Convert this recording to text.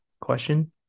question